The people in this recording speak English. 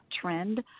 trend